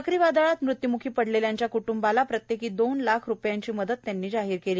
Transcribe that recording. चक्रीवादळात मृत्य्म्खी पडलेल्यांच्या क्ट्ंबाला प्रत्येकी दोन लाख रुपये मदत त्यांनी जाहीर केली